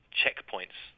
checkpoints